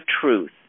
truth